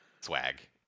swag